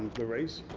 their race?